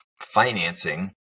financing